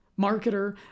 marketer